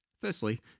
Firstly